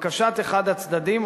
לבקשת אחד הצדדים,